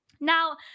Now